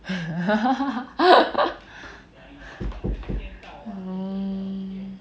mm